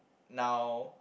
now